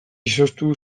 izoztu